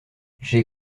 j’ai